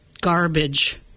garbage